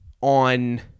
on